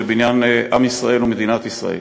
לבניין עם ישראל ומדינת ישראל.